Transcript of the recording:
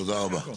תודה רבה.